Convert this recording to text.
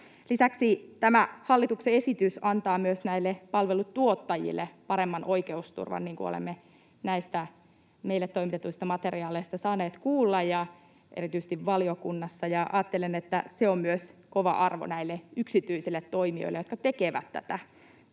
Lisäksi tämä hallituksen esitys antaa myös näille palveluntuottajille paremman oikeusturvan, niin kuin olemme näistä meille toimitetuista materiaaleista saaneet lukea ja erityisesti valiokunnassa kuulla. Ajattelen, että se on myös kova arvo näille yksityisille toimijoille, jotka tekevät tätä